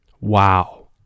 Wow